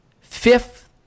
fifth